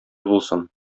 булсын